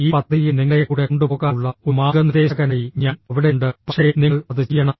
ഈ പദ്ധതിയിൽ നിങ്ങളെ കൂടെ കൊണ്ടുപോകാനുള്ള ഒരു മാർഗ്ഗനിർദ്ദേശകനായി ഞാൻ അവിടെയുണ്ട് പക്ഷേ നിങ്ങൾ അത് ചെയ്യണം